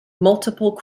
multiple